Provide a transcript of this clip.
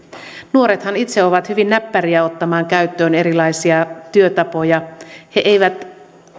nuorethan itse ovat hyvin näppäriä ottamaan käyttöön erilaisia työtapoja he eivät